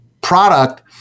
product